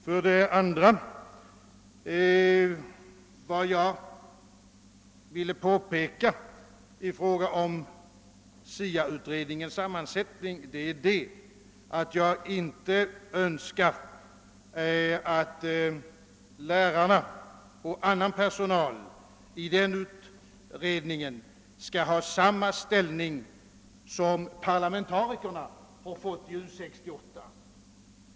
För det andra ville jag i fråga om STA-utredningens sammansättning säga att jag inte önskar att lärarna och annan personal i den utredningen skall ha samma ställning som parlamentarikerna har fått i U 68.